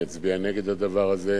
אני אצביע נגד הדבר הזה.